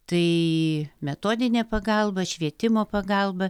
tai metodinė pagalba švietimo pagalba